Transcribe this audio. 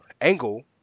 angle